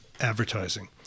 advertising